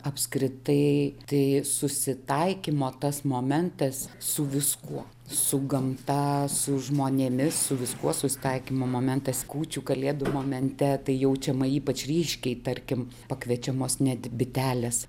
apskritai tai susitaikymo tas momentas su viskuo su gamta su žmonėmis su viskuo susitaikymo momentas kūčių kalėdų momente tai jaučiama ypač ryškiai tarkim pakviečiamos net bitelės